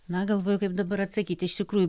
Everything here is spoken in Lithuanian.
na galvoju kaip dabar atsakyti iš tikrųjų